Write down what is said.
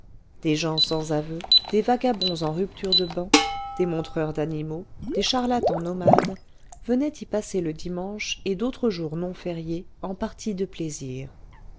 des gens sans aveu des vagabonds en rupture de ban des montreurs d'animaux des charlatans nomades venaient y passer le dimanche et d'autres jours non fériés en parties de plaisir